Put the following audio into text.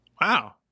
Wow